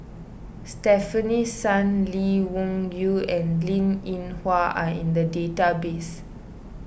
Stefanie Sun Lee Wung Yew and Linn in Hua are in the database